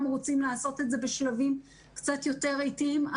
רוצים לעשות את זה בשלבים קצת יותר איטיים,